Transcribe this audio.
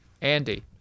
Andy